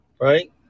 Right